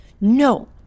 No